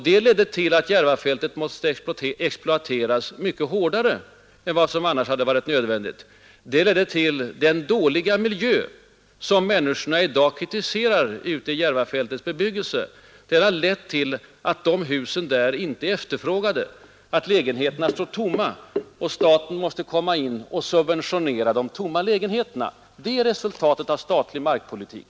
Det ledde till att Järvafältet måste exploateras mycket hårdare än vad som annars hade varit nödvändigt. Det ledde till den dåliga bostadsmiljö på Järvafältet som människorna i dag kritiserar. Det ledde oi så till att lägenheterna inte efterfrågas, att lägenheterna står tomma och att staten måste gå in och subventionera de tomma lägenheterna. Detta är resultatet av statlig markpolitik!